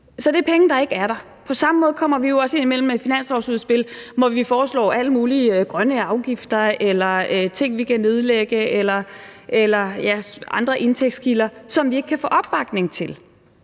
så det er penge, der ikke er der, og på samme måde kommer vi jo også indimellem med et finanslovsudspil, hvor vi foreslår alle mulige grønne afgifter eller ting, vi kan nedlægge, eller andre indtægtskilder, som vi ikke kan få opbakning til.